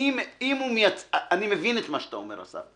אני מבין את מה שאתה אומר, אסף.